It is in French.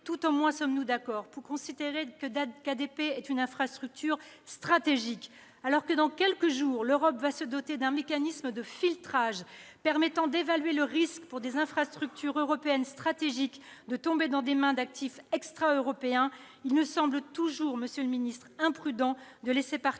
tout au moins sommes-nous d'accord pour considérer qu'ADP est une infrastructure stratégique. Alors que, dans quelques jours, l'Europe va se doter d'un mécanisme de filtrage permettant d'évaluer le risque pour les infrastructures européennes stratégiques de tomber dans les mains d'actifs extra-européens, monsieur le ministre, il nous semble imprudent de laisser partir